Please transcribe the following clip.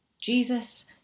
Jesus